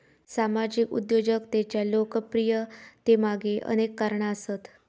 सामाजिक उद्योजकतेच्या लोकप्रियतेमागे अनेक कारणा आसत